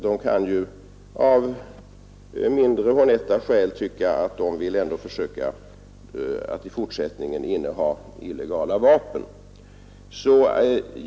De kan ju av mindre honnetta skäl tycka att de ändå vill försöka att i fortsättningen inneha illegala vapen.